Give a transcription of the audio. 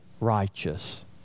righteous